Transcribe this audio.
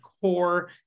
core